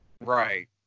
Right